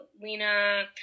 Lena